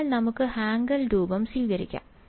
അതിനാൽ നമുക്ക് ഹാങ്കെൽ രൂപം സ്വീകരിക്കാം